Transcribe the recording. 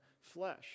flesh